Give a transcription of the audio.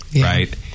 right